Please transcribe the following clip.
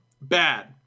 bad